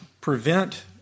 prevent